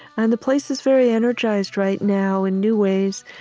and the place is very energized right now in new ways,